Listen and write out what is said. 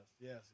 yes